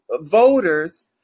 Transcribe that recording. voters